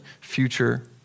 future